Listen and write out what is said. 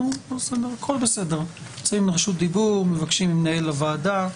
מי שרוצה יכול לבקש רשות דיבור ממנהל הוועדה.